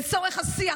לצורך השיח,